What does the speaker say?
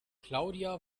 claudia